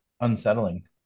unsettling